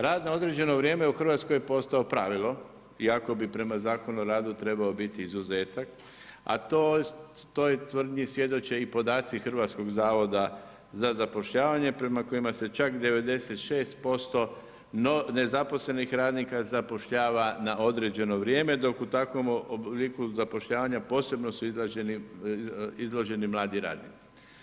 Rad na određeno vrijeme u Hrvatskoj je postao pravilo, iako bi prema Zakonu o radu trebao biti izuzetak, a o toj tvrdnji svjedoče i podaci Hrvatskog zavoda za zapošljavanje, prema kojima se čak 96% nezaposlenih radnika zapošljava na određeno vrijeme, dok u takvom obliku zapošljavanja posebno su izloženi mladi radnici.